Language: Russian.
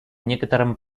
некоторым